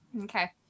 okay